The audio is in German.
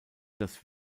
das